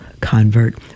convert